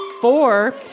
Four